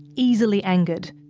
easily angered.